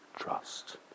trust